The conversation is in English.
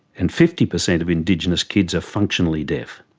and fifty per cent of indigenous kids are functionally deaf.